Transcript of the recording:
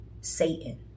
Satan